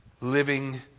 living